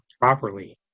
properly